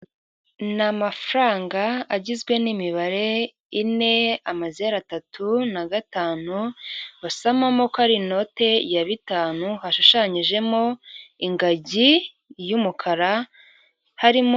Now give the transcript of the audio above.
Ni amafaranga agizwe n'imibare ine, amazeru atatu na gatanu, basomamo ko ari inote ya bitanu, hashushanyijemo ingagi y'umukara harimo.